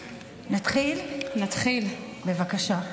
בבקשה.